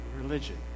religion